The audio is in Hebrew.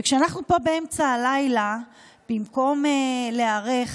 כשאנחנו פה באמצע הלילה במקום להיערך